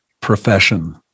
profession